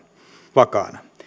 vakaana